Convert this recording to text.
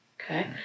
Okay